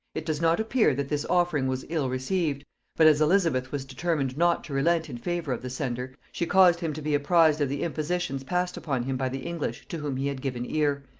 it does not appear that this offering was ill-received but as elizabeth was determined not to relent in favor of the sender, she caused him to be apprized of the impositions passed upon him by the english to whom he had given ear,